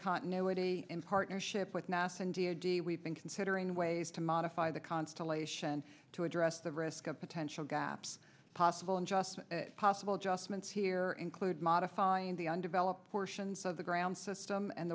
continuity in partnership with nasa india d we've been considering ways to modify the constellation to address the risk of potential gaps possible and just possible adjustments here include modifying the undeveloped portions of the ground system and